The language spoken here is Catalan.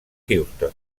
houston